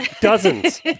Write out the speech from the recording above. dozens